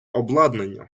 обладнання